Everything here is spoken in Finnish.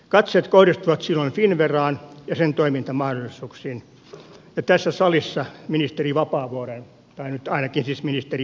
katseet kohdistuvat silloin finnveraan ja sen toimintamahdollisuuksiin ja tässä salissa ministeri vapaavuoreen tai siis ainakin ministeri vapaavuoreen